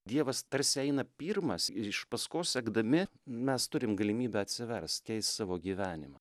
dievas tarsi eina pirmas ir iš paskos sekdami mes turim galimybę atsiverst keist savo gyvenimą